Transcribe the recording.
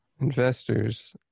investors